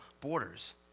borders